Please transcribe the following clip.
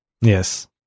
Yes